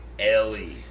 Ellie